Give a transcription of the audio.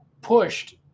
pushed